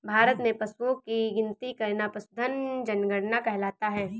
भारत में पशुओं की गिनती करना पशुधन जनगणना कहलाता है